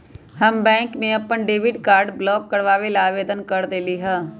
हम बैंक में अपन डेबिट कार्ड ब्लॉक करवावे ला आवेदन कर देली है